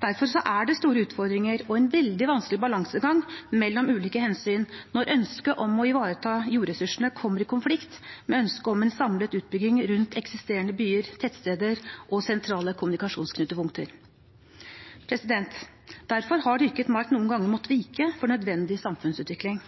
Derfor er det store utfordringer og en veldig vanskelig balansegang mellom ulike hensyn når ønsket om å ivareta jordressursene kommer i konflikt med ønsket om en samlet utbygging rundt eksisterende byer, tettsteder og sentrale kommunikasjonsknutepunkter. Derfor har dyrket mark noen ganger måttet vike for nødvendig samfunnsutvikling.